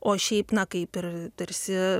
o šiaip na kaip ir tarsi